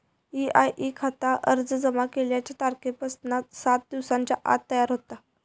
EIE खाता अर्ज जमा केल्याच्या तारखेपासना सात दिवसांच्या आत तयार होता